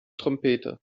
trompete